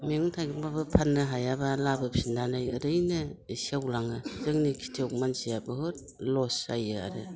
मैगं थाइगंब्लाबो फाननो हायाब्ला लाबोफिननानै ओरैनो सेवलाङो जोङो खिथियक मानसिया बहुद लस जायो आरो